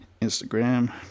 Instagram